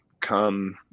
come